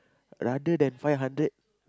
rather than five hundred